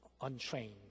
untrained